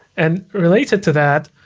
and related to that,